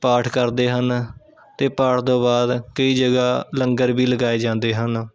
ਪਾਠ ਕਰਦੇ ਹਨ ਅਤੇ ਪਾਠ ਤੋਂ ਬਾਅਦ ਕਈ ਜਗ੍ਹਾ ਲੰਗਰ ਵੀ ਲਗਾਏ ਜਾਂਦੇ ਹਨ